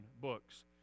books